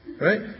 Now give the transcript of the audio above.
Right